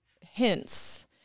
hints